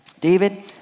David